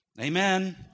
Amen